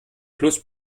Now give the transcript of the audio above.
plus